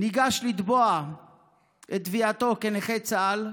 הוא ניגש לתבוע את תביעתו כנכה צה"ל.